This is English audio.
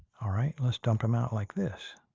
all right, let's dump him out like this.